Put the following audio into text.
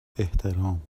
احترام